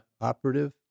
operative